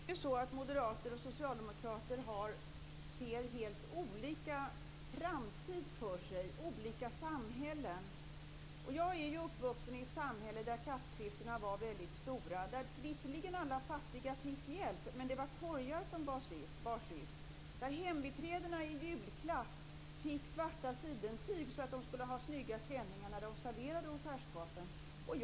Fru talman! Moderater och socialdemokrater ser helt olika på framtiden och ser helt olika samhällen. Jag är uppvuxen i ett samhälle där klassklyftorna var väldigt stora. Alla fattiga fick visserligen hjälp, men det var korgar som bars ut. Hembiträdena fick svarta sidentyger i julklapp så att de skulle ha snygga klänningar när de serverade hos herrskapen.